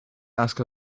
ask